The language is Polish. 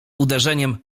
uderzeniem